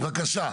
בבקשה,